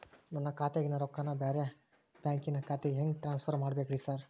ನನ್ನ ಖಾತ್ಯಾಗಿನ ರೊಕ್ಕಾನ ಬ್ಯಾರೆ ಬ್ಯಾಂಕಿನ ಖಾತೆಗೆ ಹೆಂಗ್ ಟ್ರಾನ್ಸ್ ಪರ್ ಮಾಡ್ಬೇಕ್ರಿ ಸಾರ್?